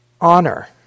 honor